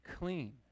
clean